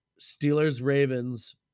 Steelers-Ravens